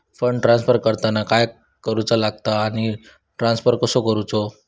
Fund transfer करताना काय करुचा लगता आनी ट्रान्स्फर कसो करूचो?